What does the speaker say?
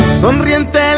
Sonriente